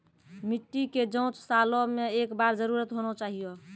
मिट्टी के जाँच सालों मे एक बार जरूर होना चाहियो?